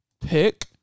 pick